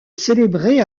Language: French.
célébrait